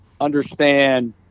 understand –